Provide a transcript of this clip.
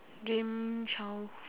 dream child